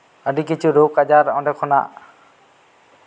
ᱟᱹᱰᱤ ᱠᱤᱪᱷᱩ ᱨᱳᱜᱽ ᱟᱡᱟᱨ ᱚᱸᱰᱮ ᱠᱷᱚᱱᱟᱜ